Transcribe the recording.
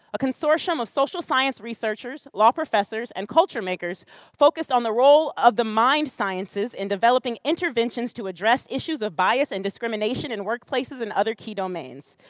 a consortium of social science researcher, law professors and culture makers focused on the role of the mind sciences in developing interventions to address issues of bias and discrimination in workplaces and other key dough domains.